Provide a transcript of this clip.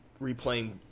replaying